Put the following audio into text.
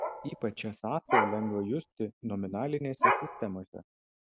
ypač šią sąsają lengva justi nominalinėse sistemose